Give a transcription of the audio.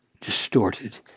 distorted